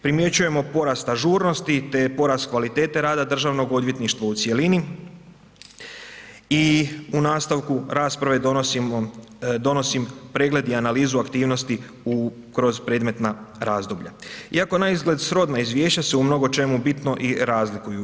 Primjećujemo porast ažurnosti te porast kvalitete rada državnog odvjetništva u cjelini, i u nastavku rasprave donosimo, donosim pregled i analizu aktivnosti u kroz, predmetna razdoblja, iako naizgled srodna Izvješća su u mnogočemu bitno i razlikuju.